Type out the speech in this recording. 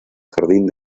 jardín